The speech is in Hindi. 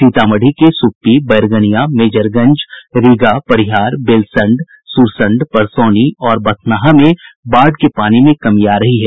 सीतामढ़ी के सुप्पी बैरगनिया मेजरगंज रीगा परिहार बेलसंड सुरसंड परसौनी और बथनाहा में बाढ़ के पानी में कमी आ रही है